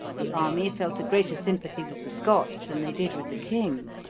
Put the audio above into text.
the army felt a greater sympathy with the scots than they did with the king.